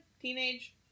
Teenage